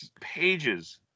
pages